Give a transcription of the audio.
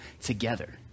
together